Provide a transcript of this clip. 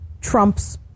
trumps